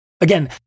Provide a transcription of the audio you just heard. Again